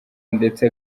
ndetse